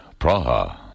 Praha